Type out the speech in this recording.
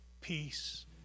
peace